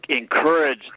encourage